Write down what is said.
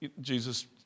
Jesus